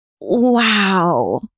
Wow